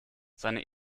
seine